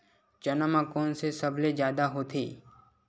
चना म कोन से सबले जादा होथे?